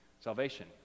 salvation